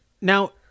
now